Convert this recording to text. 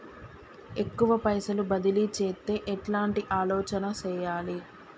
ఎక్కువ పైసలు బదిలీ చేత్తే ఎట్లాంటి ఆలోచన సేయాలి?